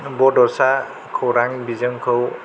बड'सा खौरां बिजोंखौ